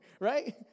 right